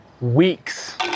weeks